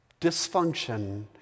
Dysfunction